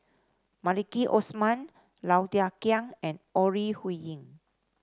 Maliki Osman Low Thia Khiang and Ore Huiying